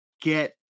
get